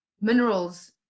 minerals